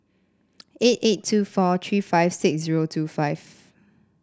eight eight two four three five six zero two five